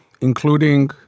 Including